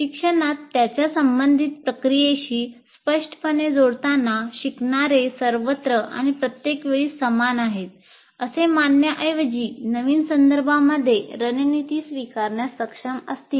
शिक्षणात त्याच्या संबंधित प्रक्रियेशी स्पष्टपणे जोडताना शिकणारे सर्वत्र आणि प्रत्येक वेळी समान आहेत असे मानण्याऐवजी नवीन संदर्भांमध्ये रणनिती स्वीकारण्यात सक्षम असतील